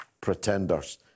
pretenders